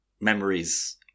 memories